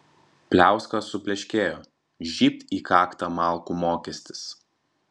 pliauska supleškėjo žybt į kaktą malkų mokestis